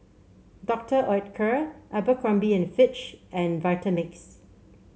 Doctor Oetker Abercrombie and Fitch and Vitamix